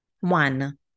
One